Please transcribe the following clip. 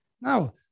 now